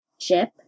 Chip